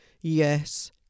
Yes